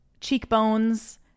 cheekbones